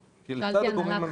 עזר.